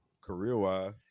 Career-wise